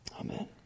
Amen